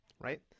right